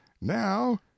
now